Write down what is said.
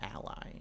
ally